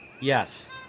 Yes